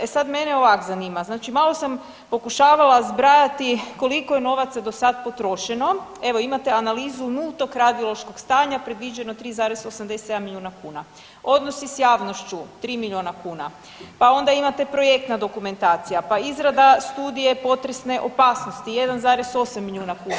E sad mene ovak zanima, znači malo sam pokušavala zbrajati koliko je novaca do sada potrošeno, evo imate analizu nultog radiološkog stanja predviđeno 3,87 milijuna kuna, odnosi s javnošću 3 milijuna kuna, pa onda imate projektna dokumentacija, pa izrada studije potresne opasnosti 1,8 milijuna kuna.